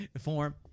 form